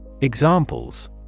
Examples